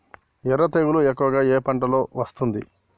ఎర్ర తెగులు ఎక్కువగా ఏ పంటలో వస్తుంది?